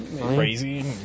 crazy